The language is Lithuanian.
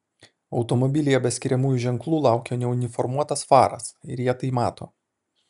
automobilyje be skiriamųjų ženklų laukia neuniformuotas faras ir jie tai mato